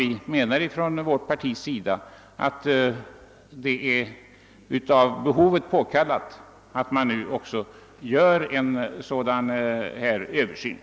Vi menar inom vårt parti att det är av behovet påkallat att nu göra en översyn 1 detta avseende.